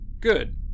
Good